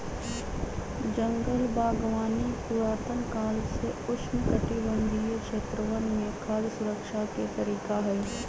जंगल बागवानी पुरातन काल से उष्णकटिबंधीय क्षेत्रवन में खाद्य सुरक्षा के तरीका हई